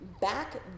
back